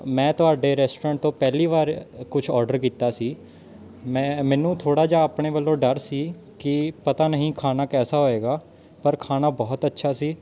ਮੈਂ ਤੁਹਾਡੇ ਰੈਸਟੋਰੈਂਟ ਤੋਂ ਪਹਿਲੀ ਵਾਰ ਕੁਛ ਔਡਰ ਕੀਤਾ ਸੀ ਮੈਂ ਮੈਨੂੰ ਥੋੜ੍ਹਾ ਜਿਹਾ ਆਪਣੇ ਵੱਲੋਂ ਡਰ ਸੀ ਕਿ ਪਤਾ ਨਹੀਂ ਖਾਣਾ ਕੈਸਾ ਹੋਏਗਾ ਪਰ ਖਾਣਾ ਬਹੁਤ ਅੱਛਾ ਸੀ